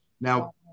Now